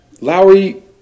Lowry